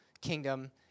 kingdom